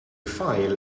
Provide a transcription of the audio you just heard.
file